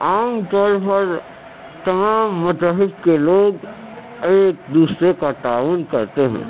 عام طور پھر تمام مذاہب کے لوگ ایک دوسرے کا تعاون کرتے ہیں